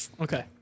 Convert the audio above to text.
Okay